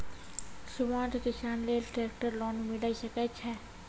सीमांत किसान लेल ट्रेक्टर लोन मिलै सकय छै?